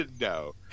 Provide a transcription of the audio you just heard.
no